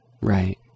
right